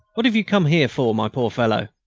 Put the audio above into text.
what have you come here for, my poor fellow?